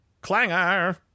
Clanger